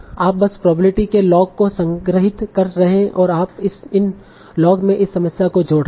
आप बस प्रोबेबिलिटी के लॉग को संग्रहीत कर रहे हैं और आप इन लॉग में इस समस्या को जोड़ रहे हैं